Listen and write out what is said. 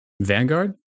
Vanguard